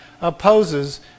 opposes